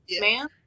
man